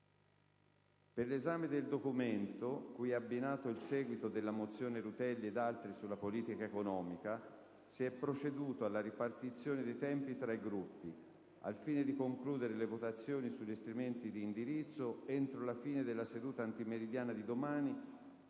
Per 1'esame del documento, cui è abbinato il seguito della mozione Rutelli ed altri sulla politica economica, si è proceduto alla ripartizione dei tempi tra i Gruppi, al fine di concludere le votazioni sugli strumenti di indirizzo entro la fine della seduta antimeridiana di domani